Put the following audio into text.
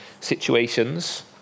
situations